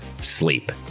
sleep